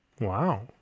Wow